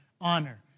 honor